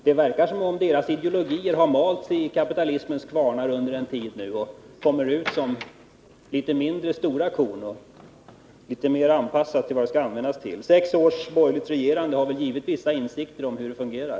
Det verkar som om mittenpartiernas ideologier har malts i kapitalismens kvarnar under en tid och nu kommer ut som litet mindre korn, litet mera anpassade till användningen. Efter sex års borgerligt regerande har givetvis de borgerliga fått insikter om hur det fungerar.